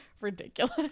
ridiculous